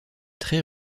très